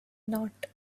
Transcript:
not